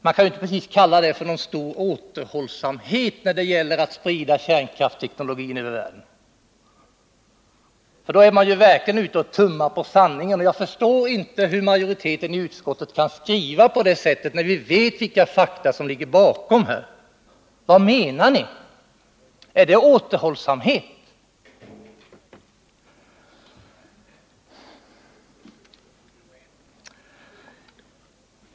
Man kan inte precis kalla det för någon stor återhållsamhet när det gäller att sprida kärnkrafts teknologin över världen! Då är man verkligen ute och tummar på sanningen. Jag förstår inte hur majoriteten i utskottet kan skriva på det sättet när vi vet vilka fakta som ligger bakom. Vad menar ni? Är det återhållsamhet?